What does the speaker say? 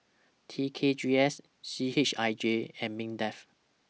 T K G S C H I J and Mindef